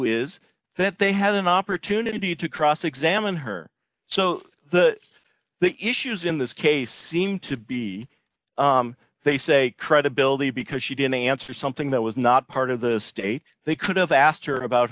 is that they had an opportunity to cross examine her so the the issues in this case seem to be they say credibility because she didn't answer something that was not part of the state they could have asked her about